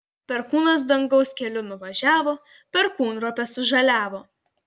perkūnas dangaus keliu nuvažiavo perkūnropės sužaliavo